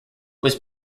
was